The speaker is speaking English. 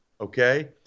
Okay